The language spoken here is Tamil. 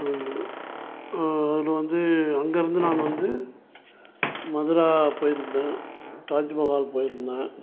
அதில் வந்து அங்கேருந்து நான் வந்து மதுரா போயிருந்தேன் தாஜ்மஹால் போயிருந்தேன்